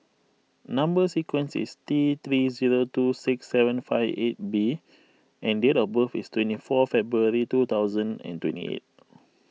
Number Sequence is T three zero two six seven five eight B and date of birth is twenty four February two thousand and twenty eight